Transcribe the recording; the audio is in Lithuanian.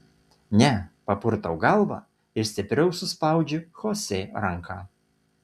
ne papurtau galvą ir stipriau suspaudžiu chosė ranką